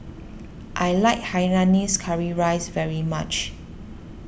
I like Hainanese Curry Rice very much